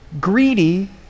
greedy